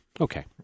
Okay